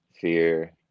fear